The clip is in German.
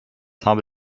habe